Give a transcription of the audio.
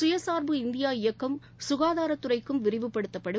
சுயசாா்பு இந்தியா இயக்கம் சுகாதாரத்துறைக்கும் விரிவுபடுத்தப்படும்